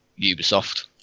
Ubisoft